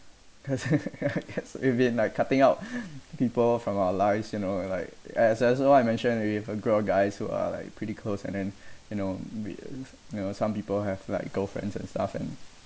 cause ya I guess we've been like cutting out people from our lives you know like as as what I mentioned with a group of guys who are like pretty close and then you know be you know some people have like girlfriends and stuff and